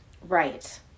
Right